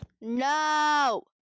No